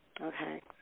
Okay